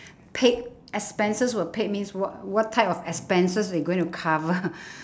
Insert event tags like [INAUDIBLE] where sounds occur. [BREATH] paid expenses expenses were paid means what what type of expenses they going to cover [LAUGHS] [BREATH]